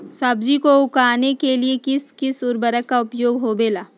सब्जी को उगाने के लिए किस उर्वरक का उपयोग होबेला?